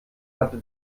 hatte